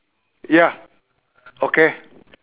ya okay